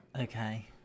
Okay